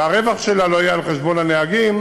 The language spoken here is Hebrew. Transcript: והרווח שלה לא יהיה על חשבון הנהגים,